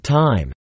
time